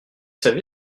savez